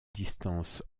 distance